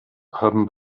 haben